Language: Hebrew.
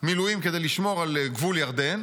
מילואים כדי לשמור על גבול ירדן,